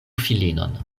filinon